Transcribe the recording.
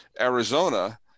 Arizona